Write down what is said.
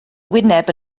wyneb